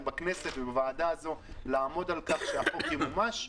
בכנסת ובוועדה הזאת לעמוד על כך שהחוק ימומש.